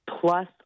plus